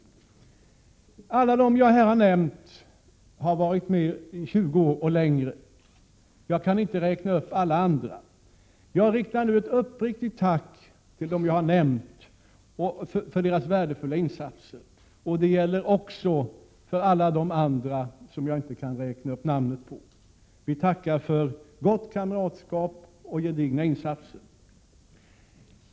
Alla de som jag här nämnt har varit med i 20 år och längre. Jag riktar nu ett uppriktigt tack till dem för deras värdefulla insatser — och det gäller också alla de andra, vilkas namn jag inte här kan räkna upp. Vi tackar för gott kamratskap och gedigna insatser.